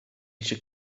eisiau